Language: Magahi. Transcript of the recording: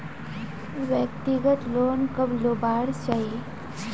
व्यक्तिगत लोन कब लुबार चही?